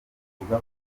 ruvuga